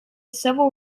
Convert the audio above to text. civil